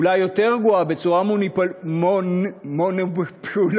אולי גרועה יותר, בצורה מונופולטיבית,